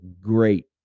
great